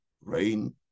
rain